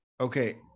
Okay